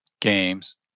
games